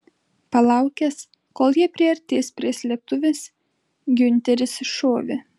palaukęs kol jie priartės prie slėptuvės giunteris iššovė